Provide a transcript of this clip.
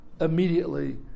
immediately